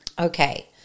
Okay